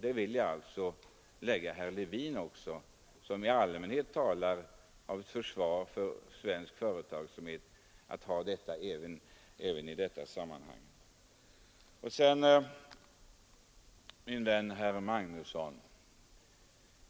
Det vill jag alltså säga även till herr Levin, som i allmänhet talar till försvar för svensk företagsamhet. Sedan några ord till min vän herr Magnusson.